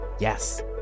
Yes